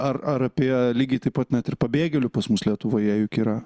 ar ar apie lygiai taip pat net ir pabėgėlių pas mus lietuvoje juk yra